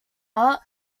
art